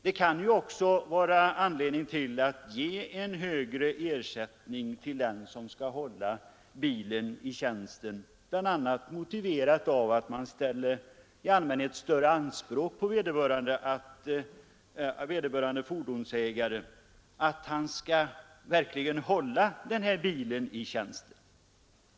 Det kan också finnas anledning att ge en högre ersättning till den som skall hålla bil i tjänsten. Bl. a. ställer man i allmänhet större anspråk på att vederbörande fordonsägare verkligen skall hålla denna bil i tjänsten.